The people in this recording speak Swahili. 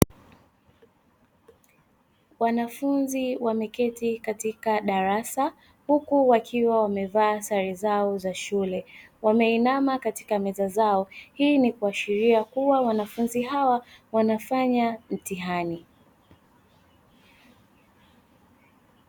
Wanafunzi wameketi katika darasa huku wakiwa wamevaa sare zao za shule wameinama katika meza zao, hii ni kuashiria kuwa wanafunzi hao wanafanya mtihani.